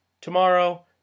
Tomorrow